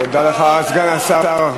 תודה לך, סגן השר.